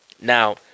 Now